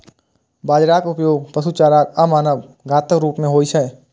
बाजराक उपयोग पशु चारा आ मानव खाद्यक रूप मे होइ छै